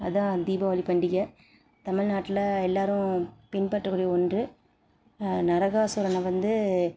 அதான் தீபாவளி பண்டிகை தமிழ்நாட்டில் எல்லோரும் பின்பற்றக்கூடிய ஒன்று நரகாசுரனை வந்து